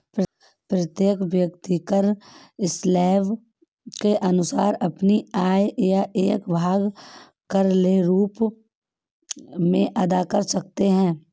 प्रत्येक व्यक्ति कर स्लैब के अनुसार अपनी आय का एक भाग कर के रूप में अदा करता है